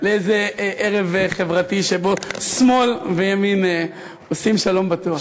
לאיזה ערב חברתי שבו שמאל וימין עושים שלום בטוח.